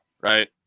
right